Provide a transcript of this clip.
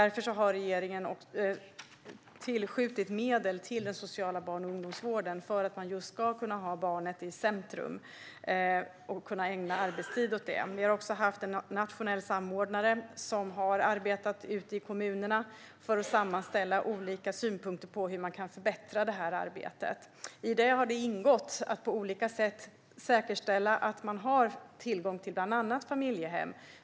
Regeringen har därför tillskjutit medel till den sociala barn och ungdomsvården, just för att man ska kunna ha barnet i centrum och ägna arbetstid åt det. En nationell samordnare har också arbetat ute i kommunerna med att sammanställa olika synpunkter på hur det här kan förbättras. I det arbetet har det ingått att på olika sätt säkerställa att man har tillgång till bland annat familjehem.